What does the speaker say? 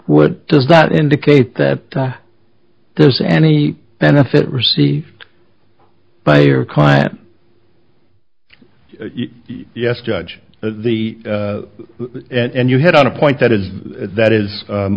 what does that indicate that there's any benefit received by your client yes judge the and you hit on a point that is that is